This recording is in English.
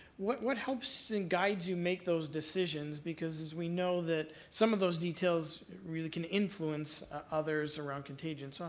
what what helps and guides you make those decisions? because as we know, that some of those details really can influence others around contagion. so,